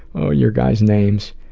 ah, your guys names.